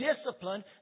discipline